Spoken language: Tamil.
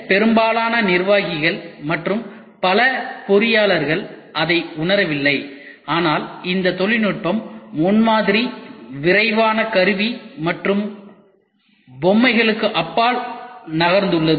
முக்கிய பெரும்பாலான நிர்வாகிகள் மற்றும் பல பொறியியலாளர்கள் அதை உணரவில்லை ஆனால் இந்த தொழில்நுட்பம் முன்மாதிரி விரைவான கருவி மற்றும் பொம்மைகளுக்கு அப்பால் நகர்ந்துள்ளது